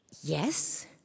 Yes